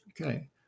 okay